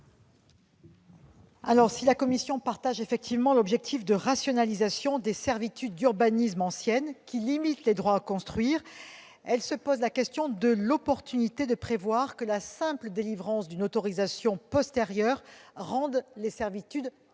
? Si la commission partage l'objectif de rationalisation des servitudes d'urbanisme anciennes, qui limitent les droits à construire, elle se pose la question de l'opportunité de prévoir que la simple délivrance d'une autorisation postérieure rende les servitudes